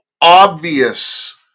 obvious